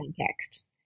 context